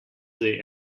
they